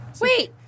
Wait